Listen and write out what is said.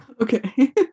okay